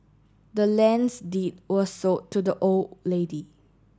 the land's deed were sold to the old lady